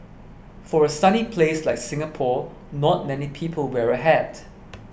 for a sunny place like Singapore not many people wear a hat